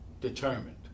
determined